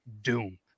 Doom